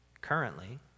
currently